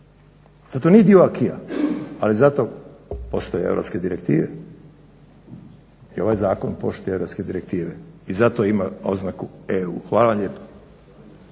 Zar to nije dio ACQUIS-a ali zato postoje europske direktive, i ovaj zakon poštuje europske direktive i zato ima oznaku EU. Hvala lijepa.